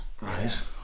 right